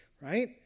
right